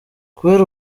kubera